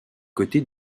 côtés